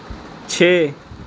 ਛੇ